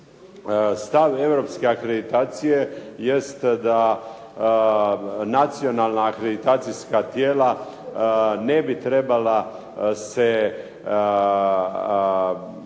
Stav europske akreditacije jest da nacionalna akreditacijska tijela ne bi trebala se